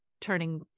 turning